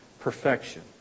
perfection